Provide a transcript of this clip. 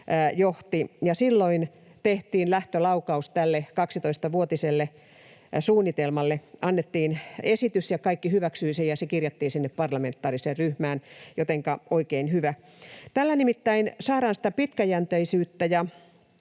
silloin tehtiin lähtölaukaus tälle 12-vuotiselle suunnitelmalle, annettiin esitys, ja kaikki hyväksyivät sen. Se kirjattiin sinne parlamentaariseen ryhmään, jotenka oikein hyvä näin. Tällä nimittäin saadaan sitä pitkäjänteisyyttä